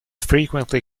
frequently